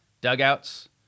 dugouts